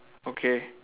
okay